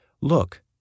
Look